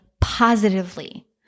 positively